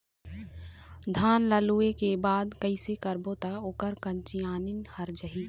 धान ला लुए के बाद कइसे करबो त ओकर कंचीयायिन हर जाही?